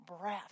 breath